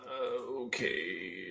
Okay